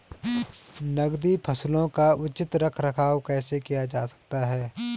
नकदी फसलों का उचित रख रखाव कैसे किया जा सकता है?